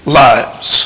lives